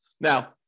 Now